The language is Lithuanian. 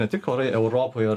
ne tik orai europoj ir